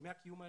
דמי הקיום,